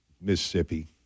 Mississippi